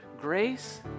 grace